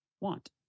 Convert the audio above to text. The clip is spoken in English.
want